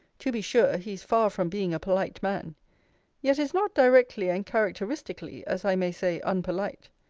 to be sure, he is far from being a polite man yet is not directly and characteristically, as i may say, unpolite.